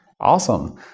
Awesome